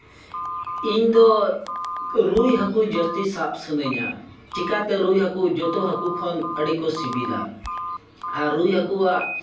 ᱤᱧ ᱫᱚ ᱨᱩᱭ ᱦᱟᱹᱠᱩ ᱡᱟᱹᱥᱛᱤ ᱥᱟᱵᱽ ᱥᱟᱱᱟᱧᱟ ᱪᱤᱠᱹᱟᱛᱮ ᱨᱩᱭ ᱦᱟᱹᱠᱩ ᱡᱚᱛᱚ ᱦᱟᱹᱠᱩ ᱠᱷᱚᱱ ᱟᱹᱰᱤ ᱠᱚ ᱥᱤᱵᱤᱞᱟ ᱟᱨ ᱨᱩᱭ ᱦᱟᱹᱠᱩᱣᱟᱜ